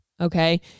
Okay